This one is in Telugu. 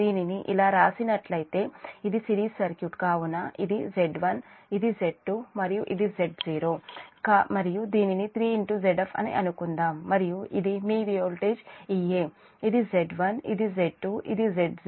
దీనిని ఇలా రాసినట్లయితే ఇది సిరీస్ సర్క్యూట్ కాబట్టి ఇది Z1 ఇది Z2 మరియు ఇది Z0 మరియు దీనిని 3Zf అని అనుకుందాము మరియు ఇది మీ వోల్టేజ్ Ea ఇది Z1 ఇది Z2 ఇది Z0 మరియు ఇది 3Zf